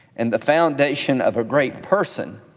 and the foundation of a great person,